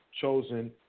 chosen